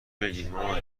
بگیرمامان